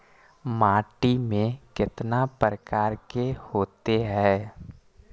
माटी में कितना प्रकार के होते हैं?